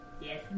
Yes